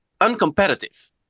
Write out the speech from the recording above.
uncompetitive